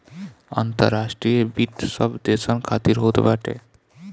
अंतर्राष्ट्रीय वित्त सब देसन खातिर होत बाटे